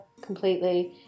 completely